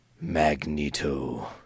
Magneto